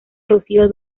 rocío